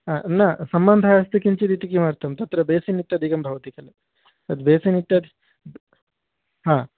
हा न सम्बन्धः अस्ति किञ्चित् इति किमर्थं तत्र बेसिन् इत्यादिकं भवति खलु तद् बेसिन् इत्यादि हा